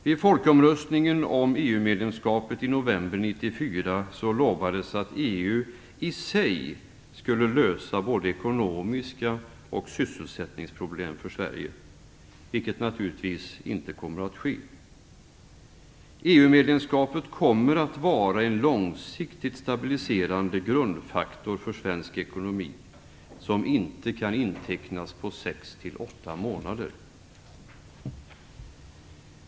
Vid folkomröstningen om EU-medlemskapet i november 1994 lovades att EU i sig skulle lösa både ekonomiska problem och sysselsättningsproblem för Sverige, vilket naturligtvis inte kommer att ske. EU medlemskapet kommer att vara en långsiktigt stabiliserande grundfaktor för svensk ekonomi som inte kan intecknas på sex-åtta månader.